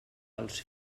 els